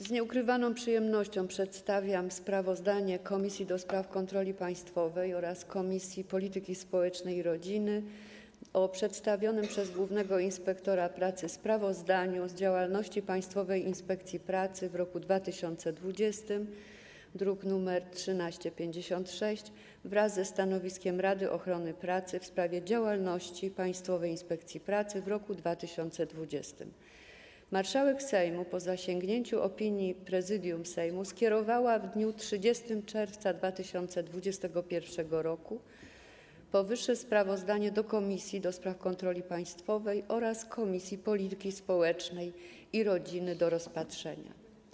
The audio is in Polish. Z nieukrywaną przyjemnością przedstawiam sprawozdanie Komisji do Spraw Kontroli Państwowej oraz Komisji Polityki Społecznej i Rodziny o przedstawionym przez głównego inspektora pracy sprawozdaniu z działalności Państwowej Inspekcji Pracy w roku 2020, druk nr 1356, wraz ze stanowiskiem Rady Ochrony Pracy w sprawie działalności Państwowej Inspekcji Pracy w roku 2020. Marszałek Sejmu, po zasięgnięciu opinii Prezydium Sejmu, skierowała w dniu 30 czerwca 2021 r. powyższe sprawozdanie do Komisji do Spraw Kontroli Państwowej oraz Komisji Polityki Społecznej i Rodziny do rozpatrzenia.